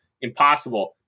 impossible